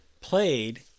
played